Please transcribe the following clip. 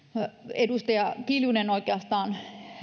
edustaja kiljunen oikeastaan